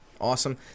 awesome